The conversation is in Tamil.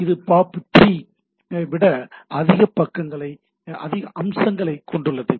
இது POP3 ஐ விட அதிக அம்சங்களைக் கொண்டுள்ளது